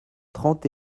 trente